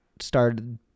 started